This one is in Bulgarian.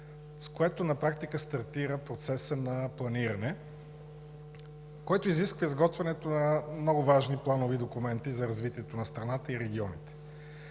с което на практика стартира процесът на планиране. Той изисква изготвянето на много важни планови документи за развитието на страната и регионите